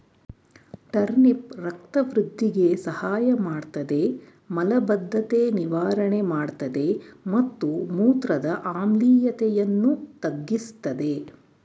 turnip ರಕ್ತ ವೃಧಿಗೆ ಸಹಾಯಮಾಡ್ತದೆ ಮಲಬದ್ಧತೆ ನಿವಾರಣೆ ಮಾಡ್ತದೆ ಮತ್ತು ಮೂತ್ರದ ಆಮ್ಲೀಯತೆಯನ್ನು ತಗ್ಗಿಸ್ತದೆ